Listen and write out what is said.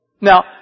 Now